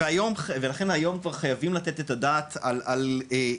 ולכן היום כבר חייבים לתת את הדעת על כללי